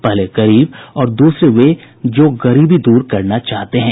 पहले गरीब और दूसरे वे जो गरीबी दूर करना चाहते हैं